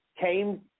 came